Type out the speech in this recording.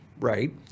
right